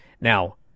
Now